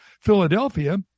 Philadelphia